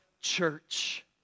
church